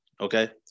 okay